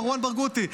מרואן ברגותי.